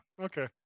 okay